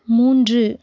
மூன்று